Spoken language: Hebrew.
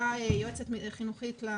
מגיעה יועצת חינוכית.